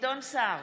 גדעון סער,